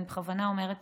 ואני בכוונה אומרת